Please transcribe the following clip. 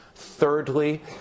thirdly